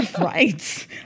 Right